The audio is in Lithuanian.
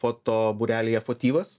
fotobūrelyje fotyvas